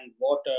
water